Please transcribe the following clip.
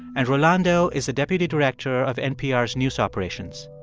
and rolando is the deputy director of npr's news operations.